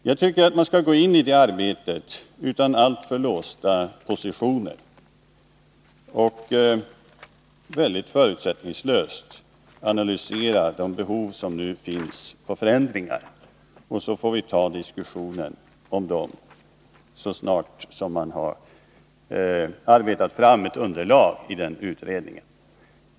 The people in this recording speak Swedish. Jag tycker att man skall gå in i det arbetet utan alltför låsta positioner och förutsättningslöst analysera de behov som nu finns av förändringar. Så snart som utredningen arbetat fram ett underlag för sådana får vi ta upp en diskussion om dessa.